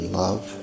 love